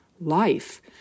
Life